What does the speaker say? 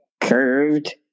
curved